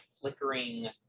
flickering